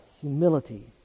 humility